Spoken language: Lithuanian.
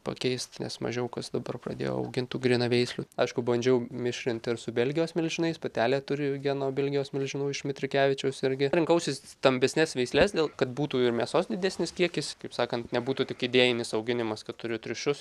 pakeist nes mažiau kas dabar pradėjo augint tų grynaveislių aišku bandžiau mišrint ir su belgijos milžinais patelė turi geno belgijos milžinų iš mitrikevičiaus irgi rinkausi stambesnes veisles dėl kad būtų ir mėsos didesnis kiekis kaip sakant nebūtų tik idėjinis auginimas kad turiu triušius